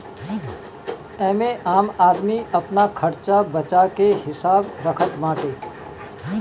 एमे आम आदमी अपन खरचा बर्चा के हिसाब रखत बाटे